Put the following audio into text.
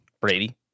Brady